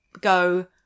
go